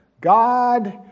God